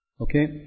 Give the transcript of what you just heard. Okay